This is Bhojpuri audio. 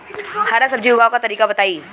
हरा सब्जी उगाव का तरीका बताई?